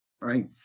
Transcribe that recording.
Right